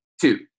Two